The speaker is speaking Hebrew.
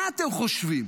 מה אתם חושבים